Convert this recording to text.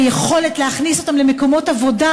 יכולת להכניס אותם למקומות עבודה,